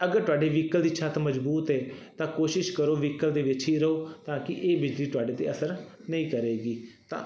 ਅਗਰ ਤੁਹਾਡੇ ਵਹੀਕਲ ਦੀ ਛੱਤ ਮਜਬੂਤ ਹੈ ਤਾਂ ਕੋਸ਼ਿਸ਼ ਕਰੋ ਵਹੀਕਲ ਦੇ ਵਿੱਚ ਹੀ ਰਹੋ ਤਾਂ ਕੀ ਇਹ ਬਿਜਲੀ ਤੁਹਾਡੇ 'ਤੇ ਅਸਰ ਨਹੀਂ ਕਰੇਗੀ ਤਾਂ